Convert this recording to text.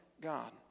God